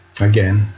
again